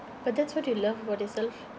but that's what you love about yourself